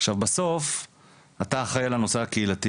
עכשיו בסוף אתה אחראי על הנושא הקהילתי